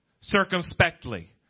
circumspectly